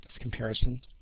comparison